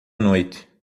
noite